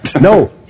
No